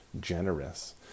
generous